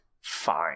fine